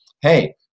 hey